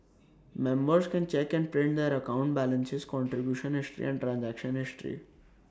members can check and print their account balances contribution history and transaction history